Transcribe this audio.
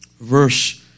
verse